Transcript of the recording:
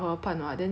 you don't remember